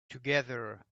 together